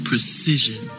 Precision